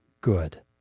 good